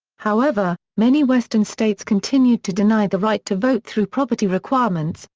however, many western states continued to deny the right to vote through property requirements,